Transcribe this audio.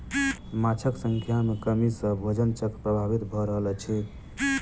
माँछक संख्या में कमी सॅ भोजन चक्र प्रभावित भ रहल अछि